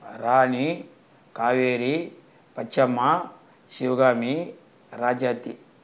Rani Kaveri Pachamma Sivakami Rajathi